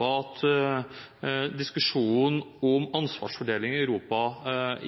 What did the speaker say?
at diskusjonen om ansvarsfordeling i Europa